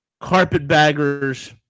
carpetbaggers